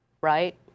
right